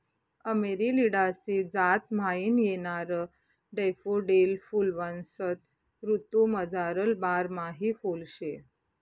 Amaryllidaceae जात म्हाईन येणारं डैफोडील फुल्वसंत ऋतूमझारलं बारमाही फुल शे